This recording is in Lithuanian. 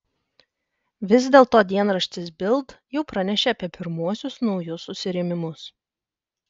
vis dėlto dienraštis bild jau pranešė apie pirmuosius naujus susirėmimus